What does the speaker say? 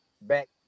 back